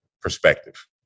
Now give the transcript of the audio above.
perspective